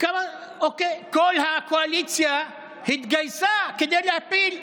כל הקואליציה התגייסה כדי להפיל,